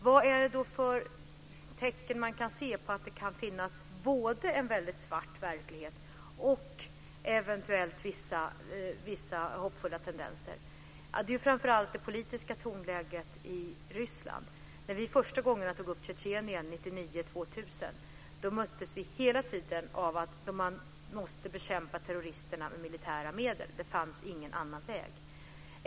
Vilka tecken kan man se på att det finns vissa hoppfulla tendenser, samtidigt som verkligheten är väldigt svart? Det är framför allt det politiska tonläget i Ryssland. När vi första gångerna tog upp frågan om Tjetjenien, 1999-2000, möttes vi hela tiden av inställningen att man måste bekämpa terroristerna med militära medel. Det fanns ingen annan väg.